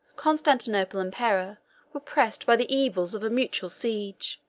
constantinople and pera were pressed by the evils of a mutual siege.